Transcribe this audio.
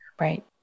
Right